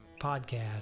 podcast